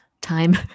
Time